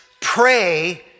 Pray